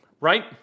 right